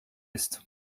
ist